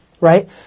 right